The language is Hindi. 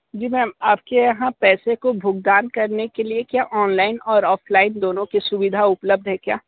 जी मैम आपके यहाँ पैसे को भुगतान करने के लिए क्या ऑनलाइन एवं ऑफ़लाइन दोनों की सुविधा उपलब्ध है क्या